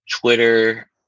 Twitter